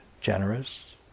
generous